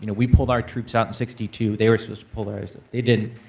you know we pulled our troops out in sixty two. they were supposed to pull theirs, they didn't.